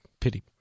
pity